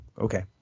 okay